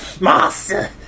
Master